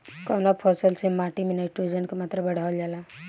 कवना फसल से माटी में नाइट्रोजन के मात्रा बढ़ावल जाला?